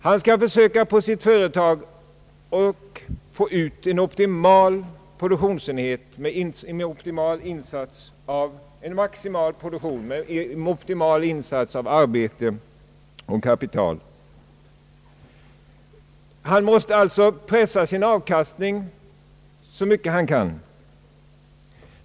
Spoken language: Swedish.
Han skall på sitt företag försöka få ut en maximal produktion med optimal insats av arbete och kapital. Han måste alltså pressa sin avkastning så mycket han kan.